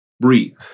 Breathe